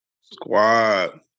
Squad